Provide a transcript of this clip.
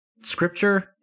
scripture